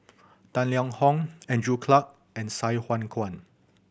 Tang Liang Hong Andrew Clarke and Sai Hua Kuan